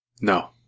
No